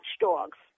watchdogs